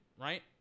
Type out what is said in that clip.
right